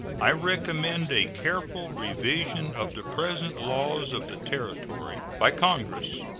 i recommend a careful revision of the present laws of the territory by congress,